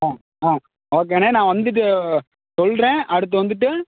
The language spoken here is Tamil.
ஆ ஆ ஓகேண்ணே நான் வந்துட்டு சொல்கிறேன் அடுத்து வந்துட்டு